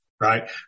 Right